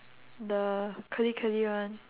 the curly curly one